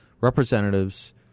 Representatives